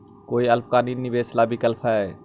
कोई अल्पकालिक निवेश ला विकल्प हई?